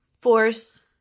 Force